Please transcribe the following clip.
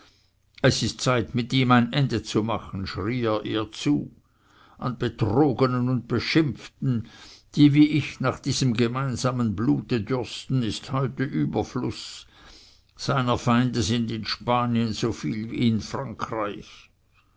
es ist zeit mit ihm ein ende zu machen schrie er ihr zu an betrogenen und beschimpften die wie ich nach diesem gemeinen blute dürsten ist heute überfluß seiner feinde sind in spanien so viel wie in frankreich